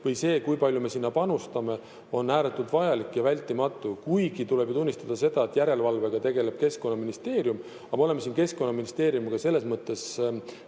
või see, kui palju me sinna panustame, on ääretult vajalik ja vältimatu. Kuigi tuleb ju tunnistada seda, et järelevalvega tegeleb Keskkonnaministeerium. Aga me oleme siin Keskkonnaministeeriumiga selles mõttes